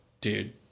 dude